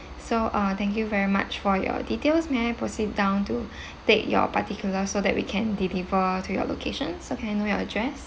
so uh thank you very much for your details may I proceed down to take your particular so that we can deliver to your location so can I know your address